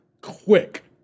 quick